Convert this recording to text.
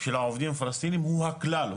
של העובדים הפלסטינים הוא הכלל,